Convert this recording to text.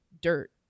dirt